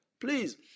Please